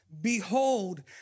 Behold